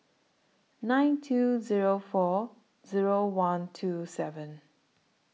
nine two Zero four Zero one two seven